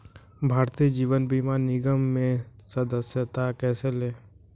भारतीय जीवन बीमा निगम में सदस्यता कैसे लें?